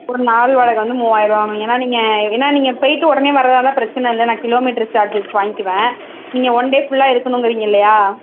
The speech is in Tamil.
ஒரு நாள் வாடகை வந்து மூவாயிருபா ஏன்னா நீங்கள் ஏன்னா நீங்கள் போயிட்டு உடனே வர்கிறதா இருந்தால் பிரச்சினை இல்லை நான் கிலோமீட்ரு சார்ஜஸ் வாங்கிக்குவேன் நீங்கள் ஒன் டே ஃபுல்லா இருக்கணுங்குறிங்க இல்லையா